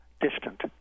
distant